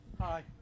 Hi